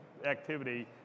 Activity